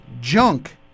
junk